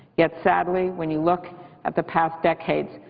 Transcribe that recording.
yet, sadly, when you look at the past decades,